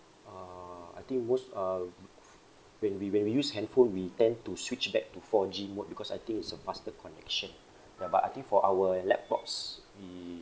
err I think most um when we when we use handphone we tend to switch back to four G mode because I think it's a faster connection ya but I think for our laptops we